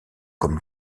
comme